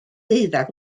deuddeg